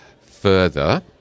further